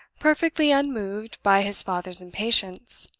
perfectly unmoved by his father's impatience.